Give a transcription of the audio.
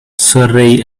surrey